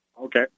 Okay